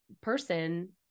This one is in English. person